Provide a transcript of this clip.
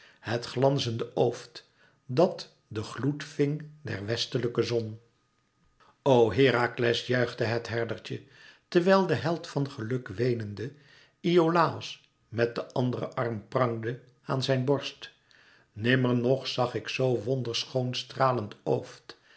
het glanzende ooft dat den gloed ving der westelijke zon o herakles juichte het herdertje terwijl de held van geluk weenende iolàos met de anderen arm prangde aan zijn borst nimmer nog zag ik zo wonderschoon stralend ooft